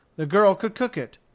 the girl could cook it.